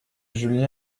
julien